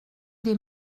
des